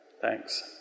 Thanks